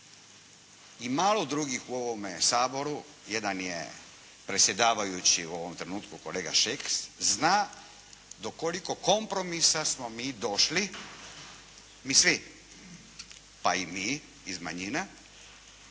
i malo drugih u ovome Saboru, jedan je predsjedavajući u ovom trenutku kolega Šeks, zna do koliko kompromisa smo mi došli, mi svi pa i mi iz manjina